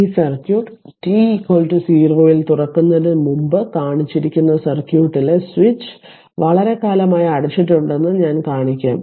അതിനാൽ ഈ circuit t 0 ൽ തുറക്കുന്നതിന് മുമ്പ് കാണിച്ചിരിക്കുന്ന സർക്യൂട്ടിലെ സ്വിച്ച് വളരെക്കാലമായി അടച്ചിട്ടുണ്ടെന്ന് ഞാൻ കാണിക്കും